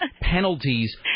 penalties